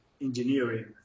engineering